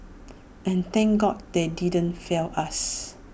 and thank God they didn't fail us